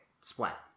splat